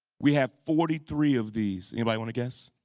we have forty three of these, anybody want to guess?